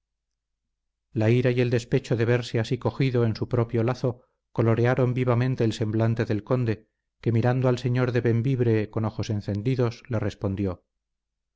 la ira y el despecho de verse así cogido en su propio lazo colorearon vivamente el semblante del conde que mirando al señor de bembibre con ojos encendidos le respondió